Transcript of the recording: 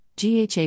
GHA